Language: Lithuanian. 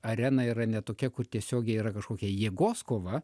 arena yra ne tokia kur tiesiogiai yra kažkokia jėgos kova